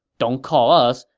don't call us,